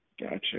Gotcha